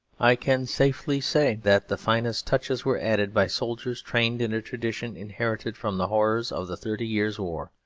i can safely say that the finest touches were added by soldiers trained in a tradition inherited from the horrors of the thirty years' war,